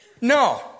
No